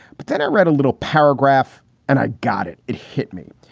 but then i read a little paragraph and i got it. it hit me.